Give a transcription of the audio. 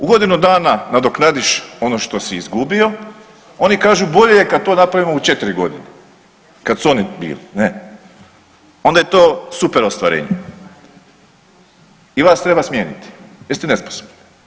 U godinu dana nadoknadiš ono što si izgubio, oni kažu bolje je kada to napravimo u 4 godine kada su oni bili onda je to super ostvarenje i vas treba smijeniti jer ste nesposobni.